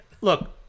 Look